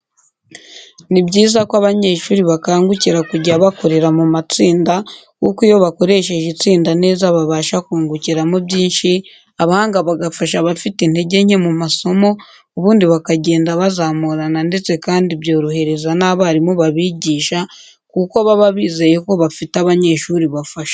Ni byiza ko abanyeshuri bakangukira kujya bakorera mu matsinda kuko iyo bakoresheje itsinda neza babasha kungukiramo byinshi abahanga bagafasha abafite intege nke mu masomo ubundi bakagenda bazamurana ndetse kandi byorohereza n'abarimu babigisha kuko baba bizeye ko bafite abanyeshuri bafashanya.